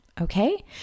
Okay